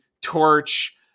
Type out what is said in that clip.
torch